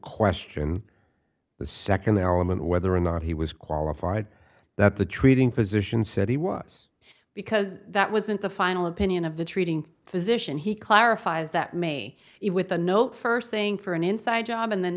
question the second element whether or not he was qualified that the treating physician said he was because that wasn't the final opinion of the treating physician he clarifies that made it with a note first saying for an inside job and then